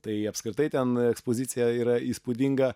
tai apskritai ten ekspozicija yra įspūdinga